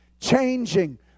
Changing